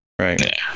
Right